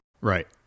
Right